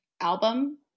album